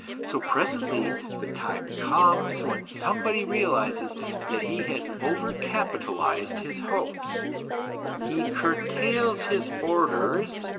so presently the time comes when somebody realizes that he has over-capitalized his hopes he curtails his orders,